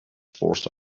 force